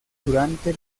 durante